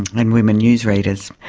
and women news readers.